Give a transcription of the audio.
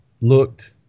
looked